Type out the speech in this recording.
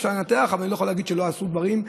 אפשר לנתח, אבל אני לא יכול להגיד שלא עשו דברים.